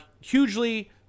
hugely